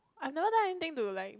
I never that I think to like